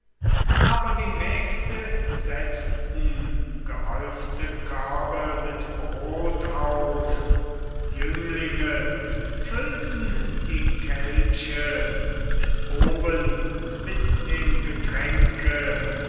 aber die mägde setzten gehäufte körbe mit brot auf jünglinge füllten die kelche bis oben mit dem getränke